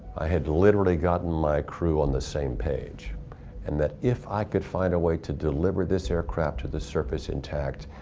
i had literally gotten my crew on the same page and that if i could find a way to deliver this aircraft to the surface intact,